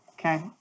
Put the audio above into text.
Okay